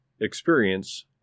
experience